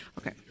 Okay